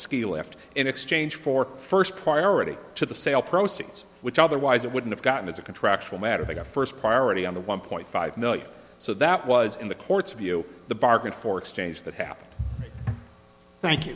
ski lift in exchange for first priority to the sale proceeds which otherwise it wouldn't have gotten is a contractual matter that a first priority on the one point five million so that was in the court's view the bargain for exchange that happened thank you